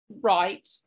right